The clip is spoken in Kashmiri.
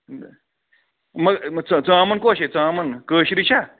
ژامَن کۄس چھے ژامَن کٲشرٕے چھا